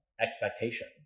expectation